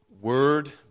word